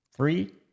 Three